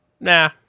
Nah